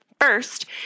First